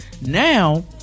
Now